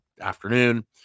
afternoon